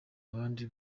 abandi